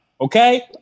Okay